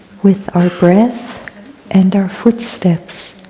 with our breath and our footsteps.